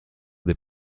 des